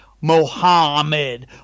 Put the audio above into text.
Mohammed